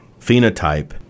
phenotype